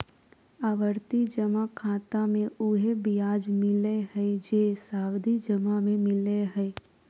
आवर्ती जमा खाता मे उहे ब्याज मिलय हइ जे सावधि जमा में मिलय हइ